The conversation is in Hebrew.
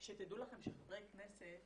ושתדעו לכם שכחברי כנסת